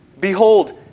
Behold